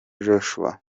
joshua